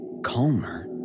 calmer